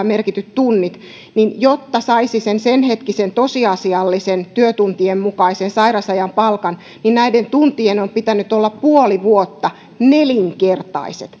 merkityt tunnit jotta saisi senhetkisen tosiasiallisen työtuntien mukaisen sairausajan palkan näiden tuntien on on pitänyt olla puoli vuotta nelinkertaiset